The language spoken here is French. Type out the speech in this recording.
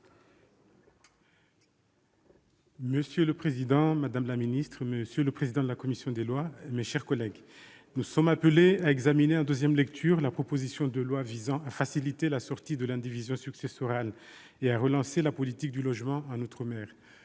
Monsieur le président, madame la ministre, monsieur le président de la commission des lois, mes chers collègues, nous sommes appelés à examiner en deuxième lecture la proposition de loi visant à faciliter la sortie de l'indivision successorale et à relancer la politique du logement en outre-mer.